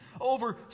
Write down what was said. Over